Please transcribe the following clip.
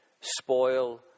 spoil